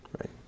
right